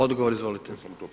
Odgovor, izvolite.